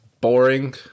boring